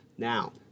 Now